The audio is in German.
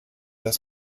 das